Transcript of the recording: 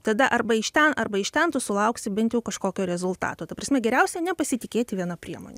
tada arba iš ten arba iš ten tu sulauksi bent jau kažkokio rezultato ta prasme geriausia nepasitikėti viena priemone